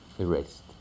erased